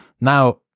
Now